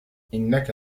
إنك